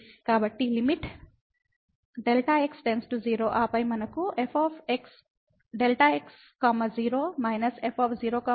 కాబట్టి limit Δ x→0 ఆపై మనకు f Δ x 0−f 0 0Δ x ఉంటుంది